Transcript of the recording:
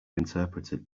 interpreted